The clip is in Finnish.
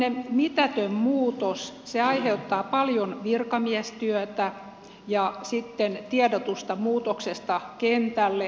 tämmöinen mitätön muutos aiheuttaa paljon virkamiestyötä ja sitten tiedotusta muutoksesta kentälle lukuisille yrittäjille